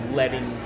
letting